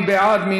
מי בעד?